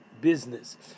business